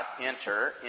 enter